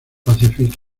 pacific